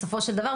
בסופו של דבר,